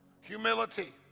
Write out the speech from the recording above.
humility